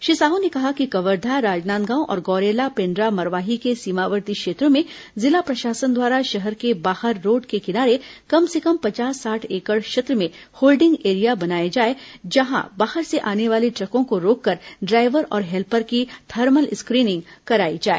श्री साहू ने कहा कि कवर्घा राजनांदगांव और गौरेला पेन्ड्रा मरवाही के सीमावर्ती क्षेत्रों में जिला प्रशासन द्वारा शहर के बाहर रोड किनारे कम से कम पचास साठ एकड़ क्षेत्र में होल्डिंग एरिया बनाया जाए जहां बाहर से आने वाले ट्रकों को रोक कर ड्राईवर और हेल्पर की थर्मल स्क्रीनिंग कराई जाए